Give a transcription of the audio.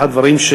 אחד הדברים,